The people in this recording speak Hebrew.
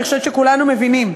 אני חושבת שכולנו מבינים.